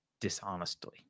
dishonestly